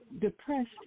depressed